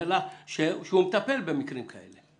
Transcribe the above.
אומר לך שהוא מטפל במקרים כאלה.